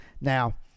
now